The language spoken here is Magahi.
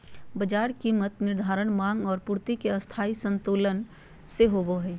बाजार कीमत निर्धारण माँग और पूर्ति के स्थायी संतुलन से होबो हइ